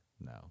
No